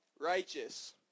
righteous